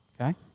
okay